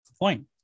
point